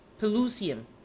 Pelusium